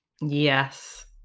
yes